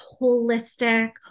holistic